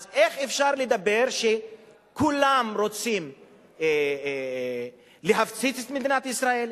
אז אפשר לדבר שכולם רוצים להפציץ את מדינת ישראל,